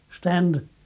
stand